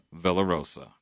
Villarosa